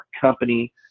company